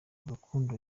urukundo